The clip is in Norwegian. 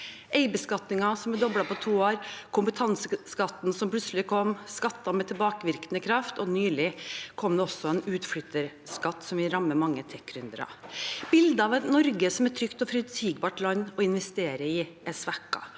eierbeskatningen, som er doblet på to år, kompetanseskatten som plutselig kom, skatter med tilbakevirkende kraft, og nylig kom det også en utflytterskatt, som vil ramme mange techgründere. Bildet av Norge som et trygt og forutsigbart land å investere i er svekket,